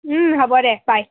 হ'ব দে বাই